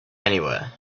anywhere